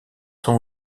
sont